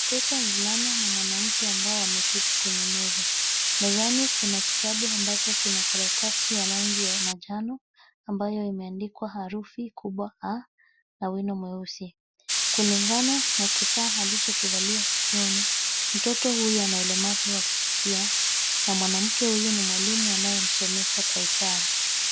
Mtoto mvulana na mwanamke ambao wameketi kwenye meza. Mezani kuna kitabu ambacho kina karatasi ya rangi ya manjano ambayo imeandikwa herufi kubwa A na wino mweusi. Kulingana na kifaa alichokivalia sikioni, mtoto huyu ana ulemavu wa kuskia na mwanamke huyu ni mwalimu anayesomesha kwa ishara.